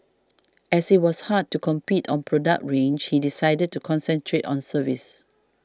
as it was hard to compete on product range he decided to concentrate on service